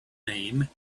name